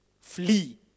flee